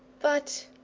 but